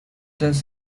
does